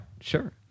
sure